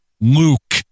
Luke